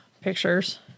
pictures